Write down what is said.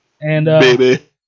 Baby